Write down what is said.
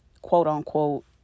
quote-unquote